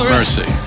mercy